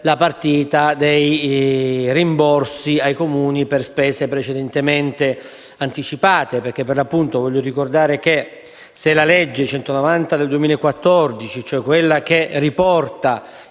la partita dei rimborsi ai Comuni per spese precedentemente anticipate. Vorrei infatti ricordare che, se la legge n. 190 del 2014, cioè quella che riporta